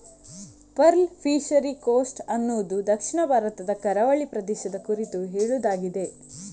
pearl fishery coast ಅನ್ನುದು ದಕ್ಷಿಣ ಭಾರತದ ಕರಾವಳಿ ಪ್ರದೇಶದ ಕುರಿತು ಹೇಳುದಾಗಿದೆ